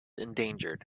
endangered